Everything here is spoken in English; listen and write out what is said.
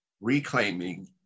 reclaiming